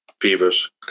fevers